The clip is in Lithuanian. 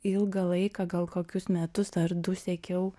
ilgą laiką gal kokius metus ar du sekiau